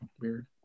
weird